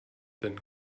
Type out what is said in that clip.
than